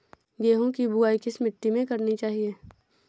गेहूँ की बुवाई किस मिट्टी में करनी चाहिए?